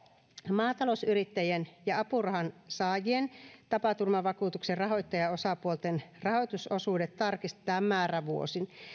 maatalousyrittäjien ja apurahansaajien tapaturmavakuutuksen rahoittajaosapuolten rahoitusosuudet tarkistetaan määrävuosin